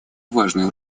важную